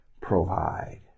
provide